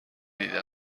دیده